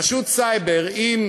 רשות סייבר, אם